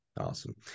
Awesome